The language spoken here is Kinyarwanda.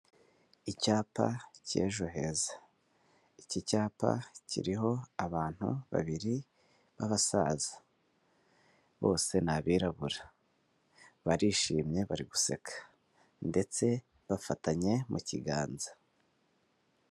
Icyapa cy'Ejo Heza. Iki cyapa kiriho abantu babiri b'abasaza. Bose ni abirabura. Barishimye bari guseka. Ndetse bafatanye mu kiganza.